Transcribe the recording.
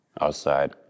outside